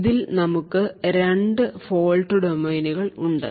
ഇതിൽ നമുക്ക് രണ്ട് ഫോൾട്ട് ഡൊമെയ്നുകൾ ഉണ്ട്